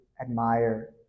admire